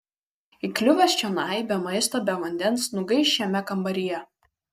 įkliuvęs čionai be maisto be vandens nugaiš šiame kambaryje